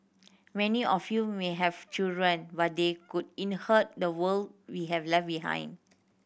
many of you may have children but they could inherit the world we have left behind